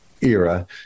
era